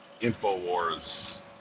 Infowars